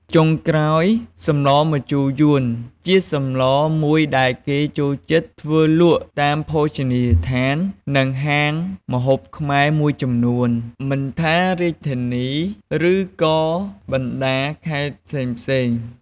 ចុងក្រោយ សម្លម្ជូរយួនជាសម្លមួយដែលគេចូលចិត្តធ្វើលក់តាមភោជនីយដ្ឋាននិងហាងម្ហូបខ្មែរមួយចំនួន មិនថារាជធានី ឬក៏បណ្តាខេត្តផ្សេងៗ។